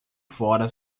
fora